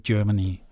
Germany